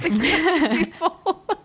people